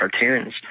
cartoons